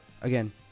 Again